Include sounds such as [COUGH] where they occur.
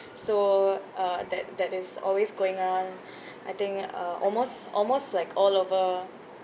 so uh that that is always going on [BREATH] I think uh almost almost like all over